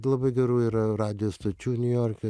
labai gerų yra radijo stočių niujorke